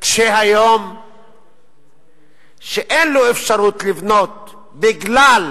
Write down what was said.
כשהיום שאין לו אפשרות לבנות בגלל